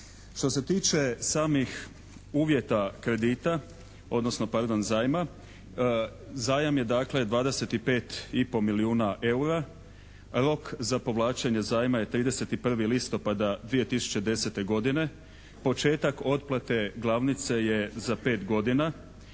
Što se tiče samih uvjeta kredita, odnosno pardon zajma, zajam je dakle 25,5 milijuna eura, rok za povlačenje zajma je 31. listopada 2010. godine. Početak otplate glavnice je za pet godina.